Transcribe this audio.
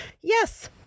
Yes